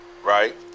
Right